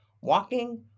walking